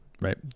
Right